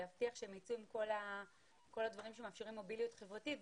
להבטיח שהם יצאו עם כל הדברים שמאפשרים מוביליות חברתית,